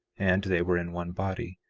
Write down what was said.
and they were in one body.